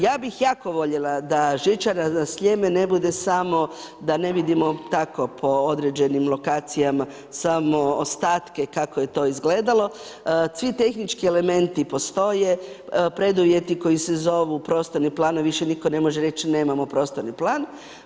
Ja bih jako voljela da žičara na Sljeme ne bude samo da ne vidimo tako po određenim lokacijama samo ostatke kako je to izgledalo, svi tehnički elementi postoje, preduvjeti koji se zovu prostorni planovi, više nitko ne može reći nemamo prostorni plan.